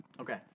Okay